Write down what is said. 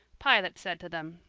pilate said to them,